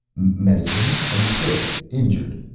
medicine? are you sick? injured?